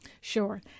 Sure